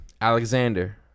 Alexander